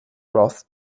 roth